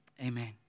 amen